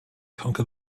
conquer